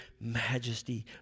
majesty